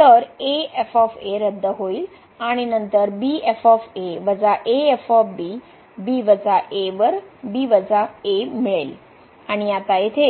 तर a f रद्द होईल आणि नंतर b a वर b a मिळेल आणि आता येथे